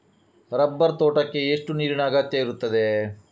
Rubber ತೋಟಕ್ಕೆ ಎಷ್ಟು ನೀರಿನ ಅಗತ್ಯ ಇರುತ್ತದೆ?